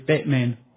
Batman